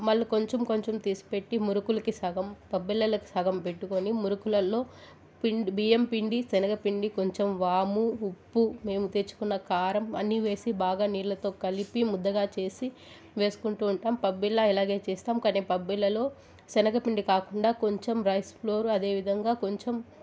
మరల కొంచెం కొంచెం తీసిపెట్టి మురుకులుకి సగం పబ్బిళ్ళలకి సగం పెట్టుకుని మురుకులలో పిండి బియ్యం పిండి శెనగ పిండి కొంచెము వాము ఉప్పు మేము తెచ్చుకున్న కారం అన్నీ వేసి బాగా నీళ్ళతో కలిపి ముద్దగా చేసి వేసుకుంటు ఉంటాం పబ్బిళ్ళ ఇలాగే చేస్తాం కాని పబ్బిళ్లలో శెనగ పిండి కాకుండా కొంచెం రైస్ ఫ్లోర్ అదేవిధంగా కొంచెం